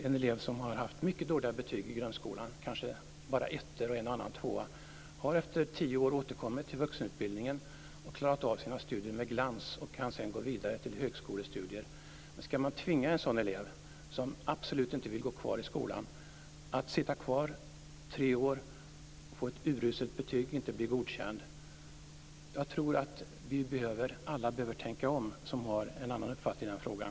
En elev som har haft mycket dåliga betyg i grundskolan, kanske bara ettor och en och annan tvåa, har efter tio år återkommit till vuxenutbildningen och klarat av sina studier med glans och kan sedan gå vidare till högskolestudier. Skall man tvinga en sådan elev, som absolut inte vill gå kvar i skolan, att sitta kvar i tre år, få ett uruselt betyg och inte bli godkänd? Jag tror att alla behöver tänka om som har den uppfattningen i den här frågan.